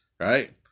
right